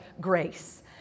grace